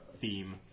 theme